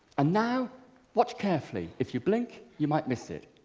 and now watch carefully, if you blink, you might miss it.